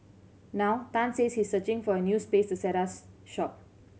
now Tan says he is searching for a new space set us shop